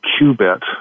qubit